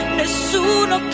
nessuno